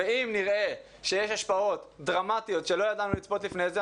ואם נראה שיש השפעות דרמטיות שלא ידענו לצפות לפני זה,